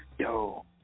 Yo